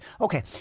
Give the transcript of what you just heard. Okay